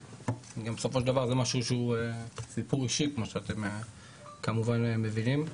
ובסופו של דבר זה סיפור אישי כמו שאתם כמובן מבינים.